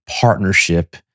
partnership